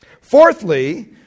Fourthly